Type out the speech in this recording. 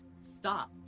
stop